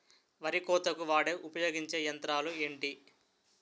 వరి కోతకు వాడే ఉపయోగించే యంత్రాలు ఏంటి?